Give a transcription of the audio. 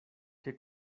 que